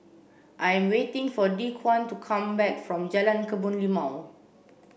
I'm waiting for Dequan to come back from Jalan Kebun Limau